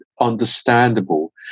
understandable